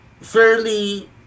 fairly